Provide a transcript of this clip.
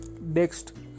Next